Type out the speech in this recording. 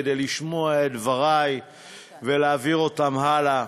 כדי לשמוע את דברי ולהעביר אותם הלאה.